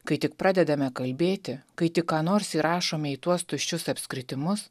kai tik pradedame kalbėti kai tik ką nors įrašome į tuos tuščius apskritimus